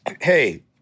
hey